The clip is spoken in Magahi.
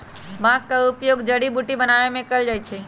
बांस का उपयोग जड़ी बुट्टी बनाबे में कएल जाइ छइ